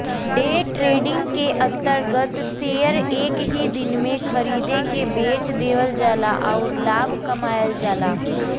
day trading के अंतर्गत share एक ही दिन में खरीद के बेच देवल जाला आउर लाभ कमायल जाला